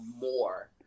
more